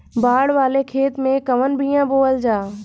बाड़ वाले खेते मे कवन बिया बोआल जा?